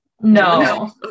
No